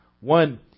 One